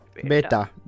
Beta